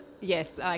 yes